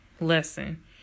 lesson